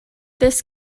this